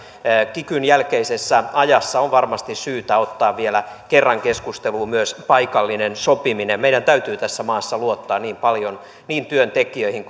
kikyn jälkeisessä ajassa on varmasti syytä ottaa vielä kerran keskusteluun myös paikallinen sopiminen meidän täytyy tässä maassa luottaa niin paljon niin työntekijöihin